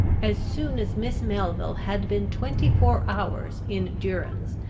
as soon as miss melville had been twenty-four hours in durance,